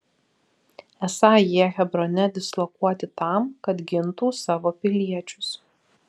esą jie hebrone dislokuoti tam kad gintų savo piliečius